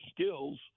skills